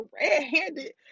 red-handed